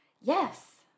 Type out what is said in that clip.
Yes